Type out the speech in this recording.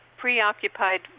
preoccupied